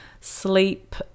sleep